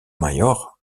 mayor